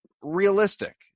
realistic